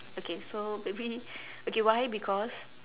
okay so maybe okay why because